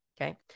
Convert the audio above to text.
Okay